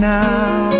now